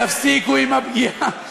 תפסיקו עם הפגיעה,